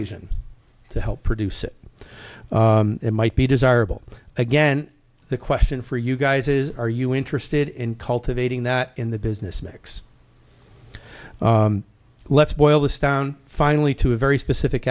asian to help produce it it might be desirable again the question for you guys is are you interested in cultivating that in the business mix let's boil this down finally to a very specific